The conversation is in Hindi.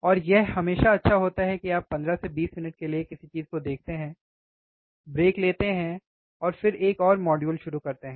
और यह हमेशा अच्छा होता है कि आप 15 से 20 मिनट के लिए किसी चीज को देखते हैं ब्रेक लेते हैं और फिर एक और मॉड्यूल शुरू करते हैं